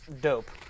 dope